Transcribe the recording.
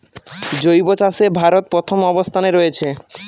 জৈব চাষে ভারত প্রথম অবস্থানে রয়েছে